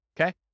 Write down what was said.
Okay